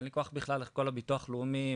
אין לי כח בכלל לכל הביטוח לאומי,